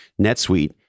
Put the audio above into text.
NetSuite